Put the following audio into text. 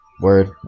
Word